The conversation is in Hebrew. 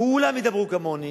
כ-ו-ל-ם ידברו כמוני,